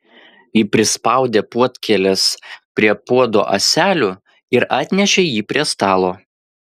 ji prispaudė puodkėles prie puodo ąselių ir atnešė jį prie stalo